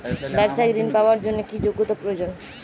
ব্যবসায়িক ঋণ পাওয়ার জন্যে কি যোগ্যতা প্রয়োজন?